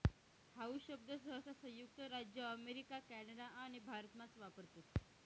how शब्द सहसा संयुक्त राज्य अमेरिका कॅनडा आणि भारतमाच वापरतस